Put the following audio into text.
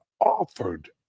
offered